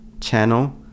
channel